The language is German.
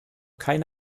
keine